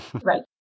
right